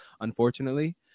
unfortunately